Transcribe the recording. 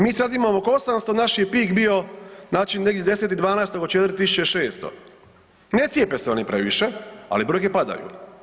Mi sad imamo oko 800, naš je pih bio znači negdje 10.12. oko 4.600, ne cijepe se oni previše, ali brojke padaju.